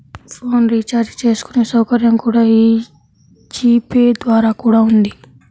phone recharge చేసుకునే సౌకర్యం కూడా యీ జీ పే ద్వారా కూడా ఉంది